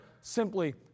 simply